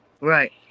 Right